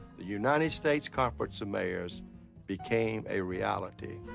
the united states conference of mayors became a reality.